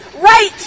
Right